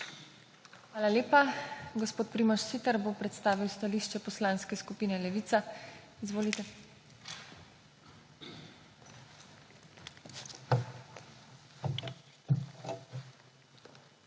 Hvala lepa. Gospod Primož Siter bo predstavil stališče Poslanske skupine Levica. Izvolite.